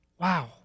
wow